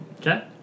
Okay